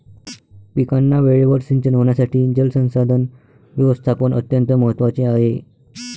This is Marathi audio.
पिकांना वेळेवर सिंचन होण्यासाठी जलसंसाधन व्यवस्थापन अत्यंत महत्त्वाचे आहे